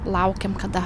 laukėm kada